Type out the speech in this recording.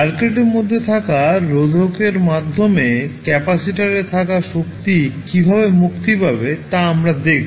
সার্কিটের মধ্যে থাকা রোধকের মাধ্যমে ক্যাপাসিটারে থাকা শক্তি কীভাবে মুক্তি পাবে তা আমরা দেখব